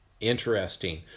Interesting